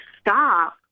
stop